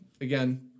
again